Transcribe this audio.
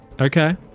Okay